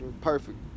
Perfect